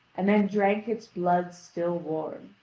and then drank its blood still warm.